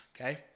okay